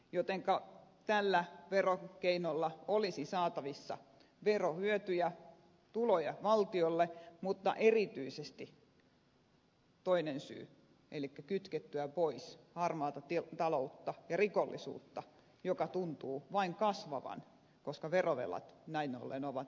jotenka tällä verokeinolla olisi saatavissa verohyötyjä tuloja valtiolle mutta erityisesti toinen syy elikkä kytkettyä pois harmaata taloutta ja rikollisuutta joka tuntuu vain kasvavan koska verovelat näin ovat ainakin kasvaneet